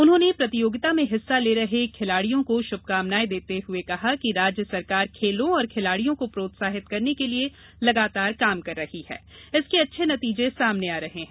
उन्होंने प्रतियोगिता में हिस्सा ले रहे खिलाड़ियों को श्भकामनाएं देते हए कहा कि राज्य सरकार खेलों और खिलाड़ियों को प्रोत्साहित करने के लिये लगातार काम कर रही है इसके अच्छे नतीजे सामने आ रहे हैं